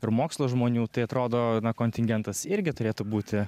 ir mokslo žmonių tai atrodo kontingentas irgi turėtų būti